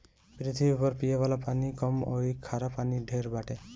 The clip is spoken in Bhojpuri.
पृथ्वी पर पिये वाला पानी कम अउरी खारा पानी ढेर बाटे